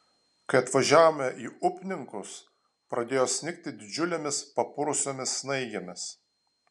kai atvažiavome į upninkus pradėjo snigti didžiulėmis papurusiomis snaigėmis